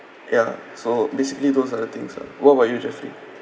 yeah so basically those are the things lah what about you jeffrey